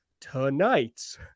tonight